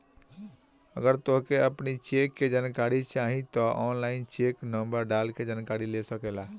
अगर तोहके अपनी चेक के जानकारी चाही तअ ऑनलाइन चेक नंबर डाल के जानकरी ले सकेला